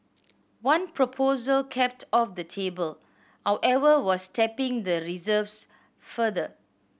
one proposal kept off the table however was tapping the reserves further